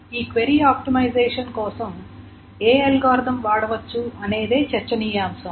ఈ query optimisation కోసం ఏ అల్గోరిథం వాడవచ్చు అనేదే చర్చనీయాంశం